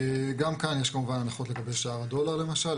גם כאן יש כמובן הנחות לגבי שער הדולר למשל,